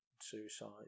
suicide